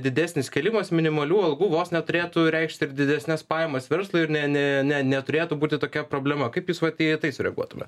didesnis kėlimas minimalių algų vos neturėtų reikšti ir didesnes pajamas verslui ir ne ne ne neturėtų būti tokia problema kaip jūs vat į tai sureaguotumėt